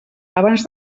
abans